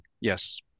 Yes